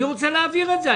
אני רוצה להעביר את זה.